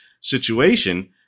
situation